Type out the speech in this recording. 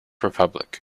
republic